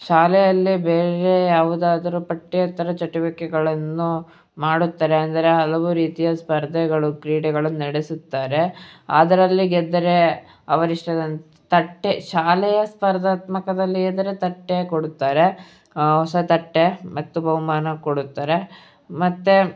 ಶಾಲೆಯಲ್ಲೇ ಬೇರೆ ಯಾವುದಾದರೂ ಪಠ್ಯೇತರ ಚಟುವಿಕೆಗಳನ್ನು ಮಾಡುತ್ತಾರೆ ಅಂದರೆ ಹಲವು ರೀತಿಯ ಸ್ಪರ್ಧೆಗಳು ಕ್ರೀಡೆಗಳು ನಡೆಸುತ್ತಾರೆ ಅದರಲ್ಲಿ ಗೆದ್ದರೆ ಅವರಿಷ್ಟದಂತೆ ತಟ್ಟೆ ಶಾಲೆಯ ಸ್ಪರ್ಧಾತ್ಮಕದಲ್ಲಿ ಗೆದ್ದರೆ ತಟ್ಟೆ ಕೊಡುತ್ತಾರೆ ಹೊಸ ತಟ್ಟೆ ಮತ್ತು ಬಹುಮಾನ ಕೊಡುತ್ತಾರೆ ಮತ್ತು